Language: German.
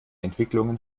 entwicklungen